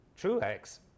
Truex